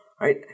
Right